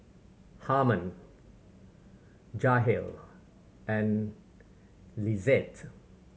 Harmon Jahir and Lizette